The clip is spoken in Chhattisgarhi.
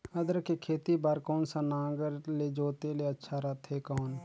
अदरक के खेती बार कोन सा नागर ले जोते ले अच्छा रथे कौन?